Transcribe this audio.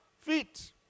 feet